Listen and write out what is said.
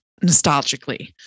nostalgically